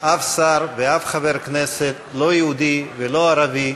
שום שר ושום חבר כנסת, לא יהודי ולא ערבי,